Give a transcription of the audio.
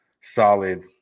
solid